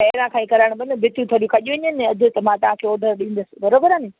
पहिरां खां ई कराइणु पवंदो न भितियूं त खॼी वयूं आहिनि अद त मां तव्हांखे ऑडर ॾींदसि बराबरि आहे नी